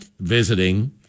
visiting